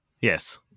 Yes